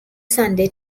sunday